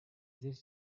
this